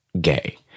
gay